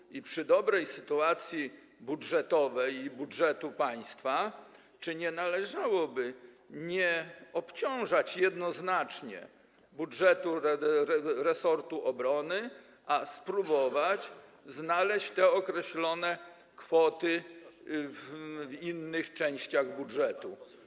I czy przy dobrej sytuacji budżetowej, budżetu państwa nie należałoby nie obciążać jednoznacznie budżetu resortu obrony, a spróbować znaleźć te określone kwoty w innych częściach budżetu?